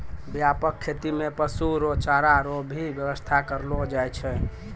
व्यापक खेती मे पशु रो चारा रो भी व्याबस्था करलो जाय छै